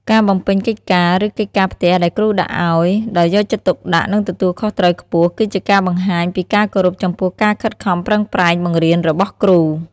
ការ បំពេញកិច្ចការ ឬកិច្ចការផ្ទះដែលគ្រូដាក់ឱ្យ ដោយយកចិត្តទុកដាក់ និងទទួលខុសត្រូវខ្ពស់ គឺជាការបង្ហាញពីការគោរពចំពោះការខិតខំប្រឹងប្រែងបង្រៀនរបស់គ្រូ។